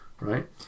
right